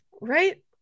Right